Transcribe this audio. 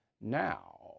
now